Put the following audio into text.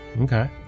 Okay